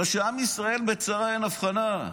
הרי כשעם ישראל בצרה, אין הבחנה.